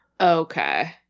Okay